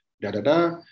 da-da-da